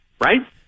right